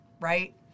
right